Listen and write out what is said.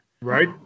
Right